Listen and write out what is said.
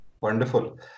Wonderful